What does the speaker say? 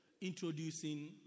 introducing